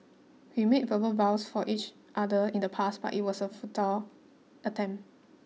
we made verbal vows for each other in the past but it was a futile attempt